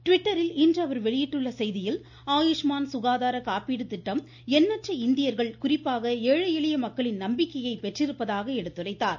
டிவிட்டரில் இன்று அவர் வெளியிட்டுள்ள செய்தியில் ஆயுஷ்மான் சுகாதார காப்பீடு திட்டம் எண்ணற்ற இந்தியர்கள் குறிப்பாக ஏழை எளிய மக்களின் நம்பிக்கையை பெற்றிருப்பதாக எடுத்துரைத்தார்